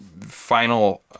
final